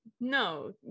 no